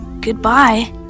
goodbye